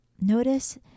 Notice